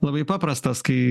labai paprastas kai